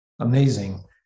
Amazing